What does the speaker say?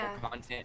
content